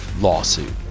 lawsuit